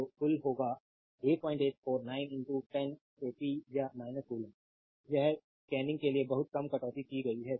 तो कुल होगा 8849 10 से p या 16 कूलम्ब यहां स्कैनिंग के लिए बहुत कम कटौती की गई है